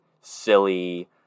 silly